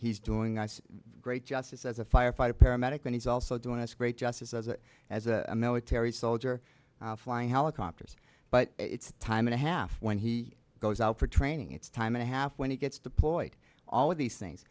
he's doing i see great justice as a firefighter paramedic and he's also doing us great justice as a as a military soldier flying helicopters but it's time and a half when he goes out for training it's time and a half when he gets deployed all of these things